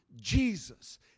Jesus